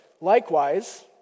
Likewise